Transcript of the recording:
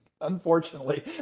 Unfortunately